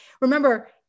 remember